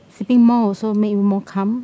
sleeping more also make you more calm